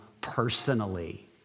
personally